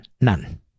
None